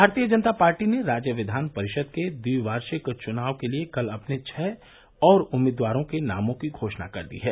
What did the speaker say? भारतीय जनता पार्टी ने राज्य विधान परिषद के द्विवार्षिक चुनाव के लिए कल अपने छः और उम्मीदवारों के नामों की घोषणा कर दी है